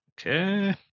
Okay